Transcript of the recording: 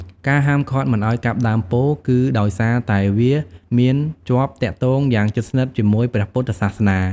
ការហាមឃាត់មិនឱ្យកាប់ដើមពោធិ៍ គឺដោយសារតែវាមានជាប់ទាក់ទងយ៉ាងជិតស្និទ្ធជាមួយព្រះពុទ្ធសាសនា។